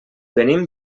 venim